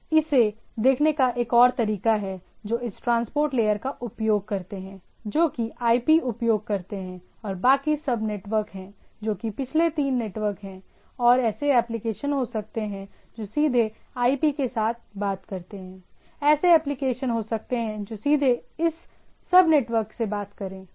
इसे देखने का एक और तरीका है जो इस ट्रांसपोर्ट लेयर का उपयोग करते हैं जो कि आईपी उपयोग करते हैं और बाकी सब नेटवर्क है जो कि पिछले तीन नेटवर्क हैं और ऐसे एप्लिकेशन हो सकते हैं जो सीधे आईपी के साथ बात करते हैं ऐसे एप्लिकेशन हो सकते हैं जो सीधे इस सब नेटवर्क से बात करें राइट